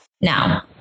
now